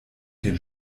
den